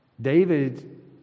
David